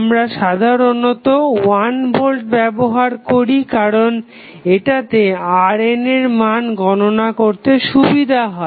আমরা সাধারণত 1ভোল্ট ব্যবহার করি কারণ এটাতে RN এর মান গণনা করতে সুবিধা হয়